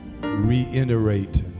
reiterate